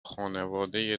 خانواده